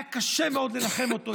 היה קשה מאוד לנחם אותו.